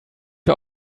wir